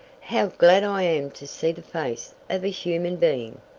how glad i am to see the face of a human being!